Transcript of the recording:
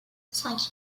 cinq